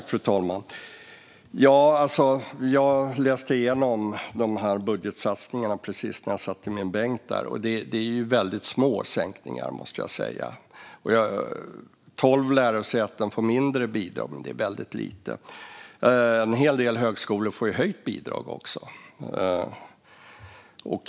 Fru talman! Jag läste igenom budgetsatsningarna när jag satt i min bänk nyss. Det handlar om väldigt små sänkningar, måste jag säga. Tolv lärosäten får mindre bidrag, men det är väldigt lite. En hel del högskolor får höjda bidrag.